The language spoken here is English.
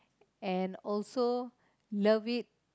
and also love it